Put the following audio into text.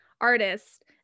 artist